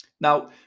Now